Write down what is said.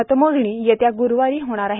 मतमोजणी येत्या गुरुवारी होणार आहे